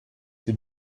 sie